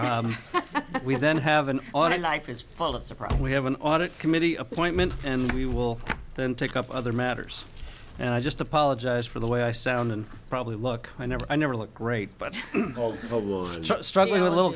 then have an audit like it's fall it's a problem we have an audit committee appointment and we will then take up other matters and i just apologize for the way i sound and probably look i never i never looked great but it was struggling a little